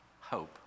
Hope